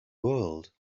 world